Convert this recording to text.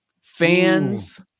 Fans